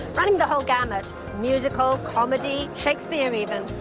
running the whole gamut musical, comedy, shakespeare even.